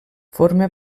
forma